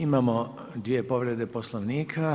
Imamo dvije povrede Poslovnika.